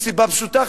מסיבה פשוטה,